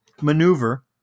maneuver